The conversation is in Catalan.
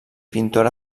pintora